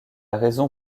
raison